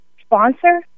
sponsor